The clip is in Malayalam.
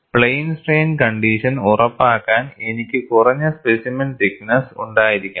പ്ലെയിൻ സ്ട്രെയിൻ കണ്ടിഷൻ ഉറപ്പാക്കാൻ എനിക്ക് കുറഞ്ഞ സ്പെസിമെൻ തിക്ക് നെസ്സ് ഉണ്ടായിരിക്കണം